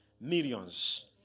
millions